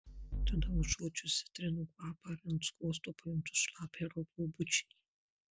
tada užuodžiu citrinų kvapą ir ant skruosto pajuntu šlapią robio bučinį